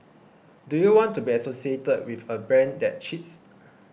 do you want to be associated with a brand that cheats